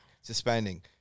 suspending